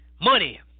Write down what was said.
Money